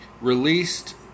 released